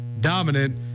dominant